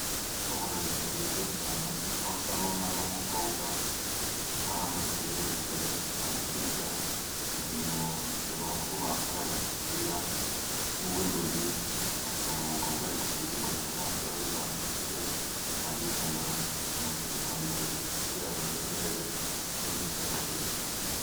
Uburezi ni bwiza cyane aho usanga umwana w' umukobwa, bwaramutejeje imbere ari kwiga imirimo y' abahungu bakoraga kera, nk' ubudozi ugasanga umukobwa ari kudoda inkweto nta kibazo, zacitse akazisana inkweto zikongera zigasubirana umwimerere zari zifite mbere.